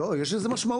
לא, אבל יש לזה משמעות.